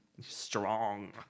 Strong